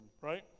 right